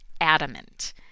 adamant